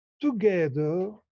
together